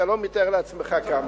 אתה לא מתאר לעצמך כמה.